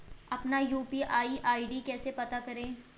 अपना UPI ID कैसे पता करें?